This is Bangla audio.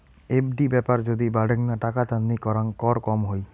এফ.ডি ব্যাপার যদি বাডেনগ্না টাকা তান্নি করাং কর কম হই